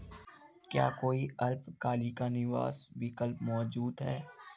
क्या कोई अल्पकालिक निवेश विकल्प मौजूद है?